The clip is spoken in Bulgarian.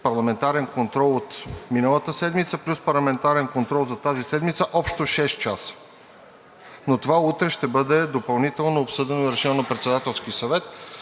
парламентарен контрол от миналата седмица плюс парламентарен контрол за тази седмица – общо шест часа, но това утре ще бъде допълнително обсъдено и решено на Председателския съвет